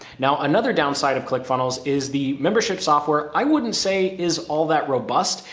now, another downside of click funnels is the membership software. i wouldn't say is all that robust.